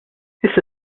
issa